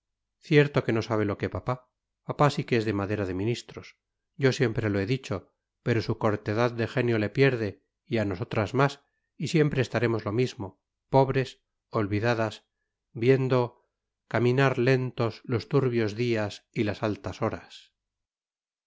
cierto que no sabe lo que papá papá sí que es de madera de ministros yo siempre lo he dicho pero su cortedad de genio le pierde y a nosotras más y siempre estaremos lo mismo pobres olvidadas viendo esto recitaba maría luisa